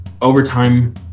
overtime